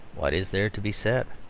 what is there to be said?